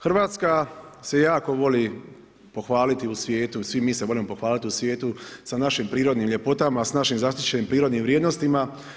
Hrvatska se jako voli pohvaliti u svijetu i svi mi se volimo pohvaliti u svijetu sa našim prirodnim ljepotama, sa našim zaštićenim prirodnim vrijednostima.